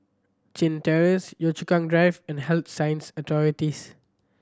Chin Terrace Yio Chu Kang Drive and Health Sciences Authorities